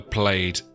played